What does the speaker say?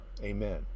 Amen